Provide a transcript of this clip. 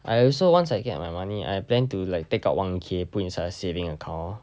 I also once I get my money I plan to like take out one K put inside a saving account